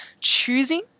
choosing